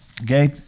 okay